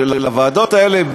הוועדות האלה,